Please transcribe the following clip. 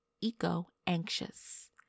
eco-anxious